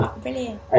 Brilliant